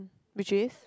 which is